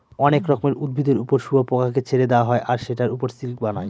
অনেক রকমের উদ্ভিদের ওপর শুয়োপোকাকে ছেড়ে দেওয়া হয় আর সেটার ওপর সিল্ক বানায়